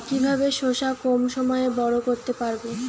কিভাবে শশা কম সময়ে বড় করতে পারব?